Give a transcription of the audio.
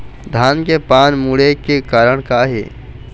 धान के पान मुड़े के कारण का हे?